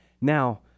Now